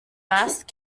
mast